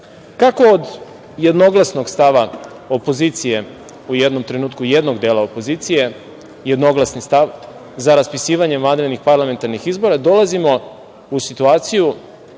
od jednoglasnog stava opozicije u jednom trenutku, jednog dela opozicije, jednoglasni stav za raspisivanje vanrednih parlamentarnih izbora, dolazimo u situaciju